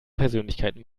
persönlichkeit